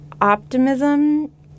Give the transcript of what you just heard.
optimism